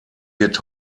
wird